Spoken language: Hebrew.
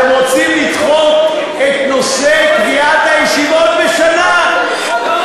אתם רוצים לדחות את נושא קביעת הישיבות בשנה,